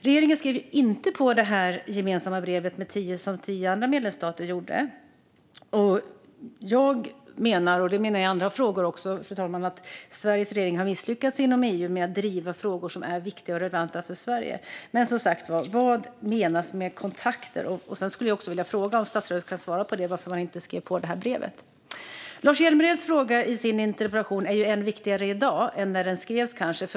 Regeringen skrev inte under det gemensamma brev som tio andra medlemsstater gjorde. Jag menar att Sveriges regering har misslyckats inom EU att driva frågor som är viktiga och relevanta för Sverige. Vad menas med kontakter? Kan statsrådet svara på varför man inte skrev under brevet? Lars Hjälmereds interpellation är än viktigare i dag än när den skrevs.